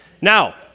Now